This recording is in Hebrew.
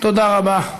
תודה רבה.